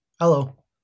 hello